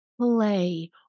Play